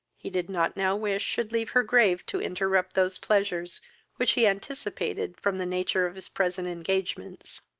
he did not now wish should leave her grave to interrupt those pleasures which he anticipated from the nature of his present engagements.